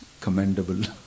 commendable